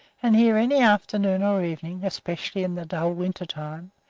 and here any afternoon or evening, especially in the dull winter-time,